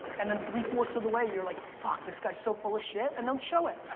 and then three fourths of the way you're like, fuck, this guy's so full of shit and don't show it.